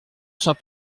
saint